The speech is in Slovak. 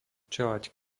čeľaď